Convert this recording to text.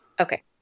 Okay